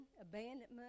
abandonment